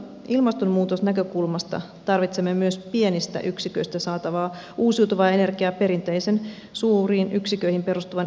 ilmastonmuutosnäkökulmasta tarvitsemme myös pienistä yksiköistä saatavaa uusiutuvaa energiaa perinteisen suuriin yksiköihin perustuvan energiantuotannon rinnalle